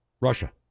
Russia